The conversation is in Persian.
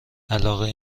علاقه